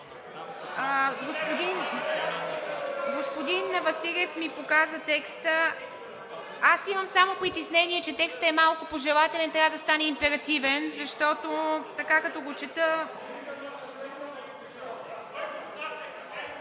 Господин Василев ми показа текста. Аз имам само притеснение, че текстът е малко пожелателен, трябва да стане императивен, защото така, като го чета…